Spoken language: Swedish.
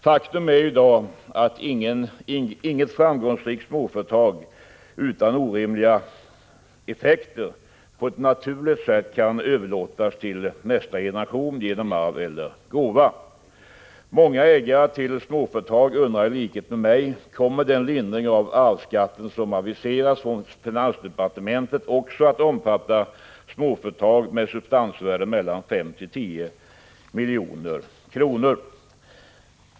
Faktum är att inget framgångsrikt småföretag i dag kan — utan orimliga effekter — på ett naturligt sätt överföras till nästa generation genom arv eller gåva. Många ägare till småföretag undrar i likhet med mig: Kommer den lindring av arvsskatten som aviseras från finansdepartementet också att omfatta småföretag med substansvärden mellan 5 och 10 milj.kr.?